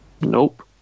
Nope